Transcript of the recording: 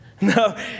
No